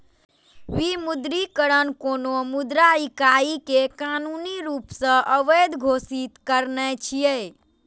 विमुद्रीकरण कोनो मुद्रा इकाइ कें कानूनी रूप सं अवैध घोषित करनाय छियै